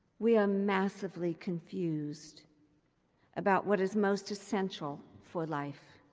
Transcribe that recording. we are massively confused about what is most essential for life.